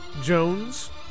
Jones